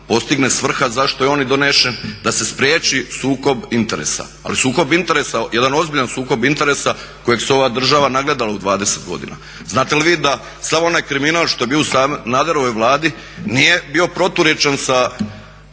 postigne svrha zašto je on i donesen, da se spriječi sukob interesa. Ali sukob interesa, jedan ozbiljan sukob interesa kojeg se ova država nagledala u 20 godina. Znate li vi da sav onaj kriminal što je bio u Sanaderovoj Vladi nije bio proturječan sa